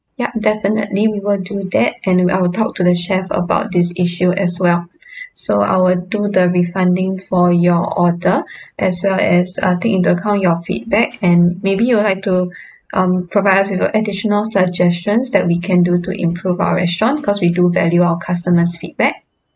yup definitely we will do that and I will talk to the chef about this issue as well so I will do the refunding for your order as well as uh take into account your feedback and maybe you would like to um provide us with uh additional suggestions that we can do to improve our restaurant cause we do value our customers' feedback